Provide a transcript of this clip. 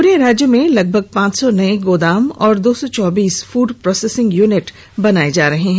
पूरे राज्य में लगभग पांच सौ नए गोदाम और दो सौ चौबीस फूड प्रोसेसिंग यूनिट बनाए जा रहे हैं